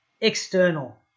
external